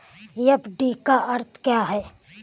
FD का अर्थ क्या है?